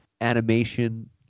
animation